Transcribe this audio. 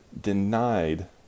denied